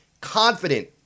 confident